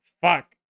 Fuck